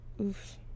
oof